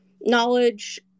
knowledge